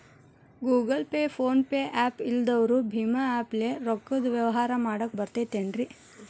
Google pay, phone pay app ಇಲ್ಲದವರು ಭೇಮಾ app ಲೇ ರೊಕ್ಕದ ವ್ಯವಹಾರ ಮಾಡಾಕ್ ಬರತೈತೇನ್ರೇ?